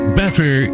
better